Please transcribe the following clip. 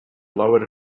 lowered